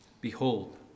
behold